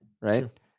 right